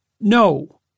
No